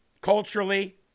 culturally